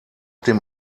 dem